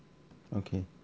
okay